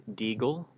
deagle